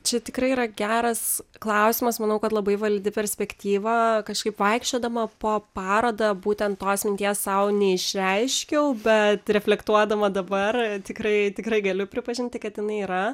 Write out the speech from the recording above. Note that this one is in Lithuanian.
čia tikrai yra geras klausimas manau kad labai validi perspektyva kažkaip vaikščiodama po parodą būtent tos minties sau neišreiškiau bet reflektuodama dabar tikrai tikrai galiu pripažinti kad jinai yra